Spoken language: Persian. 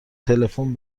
تلفن